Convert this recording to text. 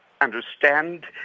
understand